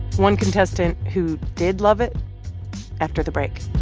one contestant who did love it after the break